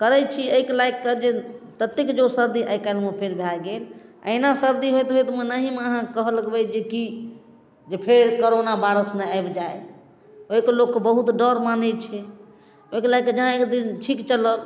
करै छी अइके लागि कऽ जे ततेक जोर सर्दी आइ काल्हिमे फेर भए गेल अहिना सर्दी होइत होइत मोन अहिमे अहाँ कहऽ लगबै कि जे की फेर कोरोना वाइरस नहि आबि जाइ ओइके लोक बहुत डर मानै छै ओइके लए कए जहाँ एक रति छीङ्क चलल